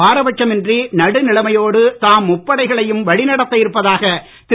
பாரபட்சம் இன்றி நடு நிலைமையோடு தாம் முப்படைகளையும் வழிநடத்த இருப்பதாக திரு